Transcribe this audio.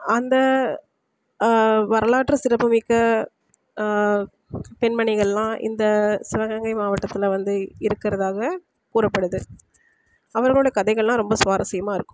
அந்த வரலாற்று சிறப்புமிக்க பெண்மணிகள்லாம் இந்த சிவகங்கை மாவட்டத்தில் வந்து இருக்கிறதாக கூறப்படுது அவர்களோட கதைகள்லாம் ரொம்ப சுவாரஸ்யமாக இருக்கும்